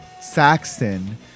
Saxton